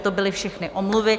To byly všechny omluvy.